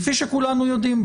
כפי שכולנו יודעים,